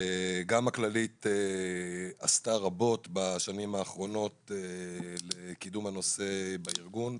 גם הכללית עשתה רבות בשנים האחרונות לקידום הנושא בארגון.